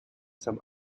some